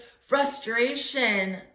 frustration